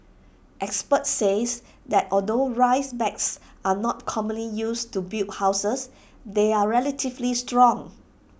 experts says that although rice bags are not commonly used to build houses they are relatively strong